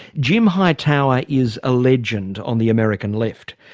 jim hightower is a legend on the american left.